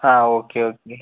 okay okay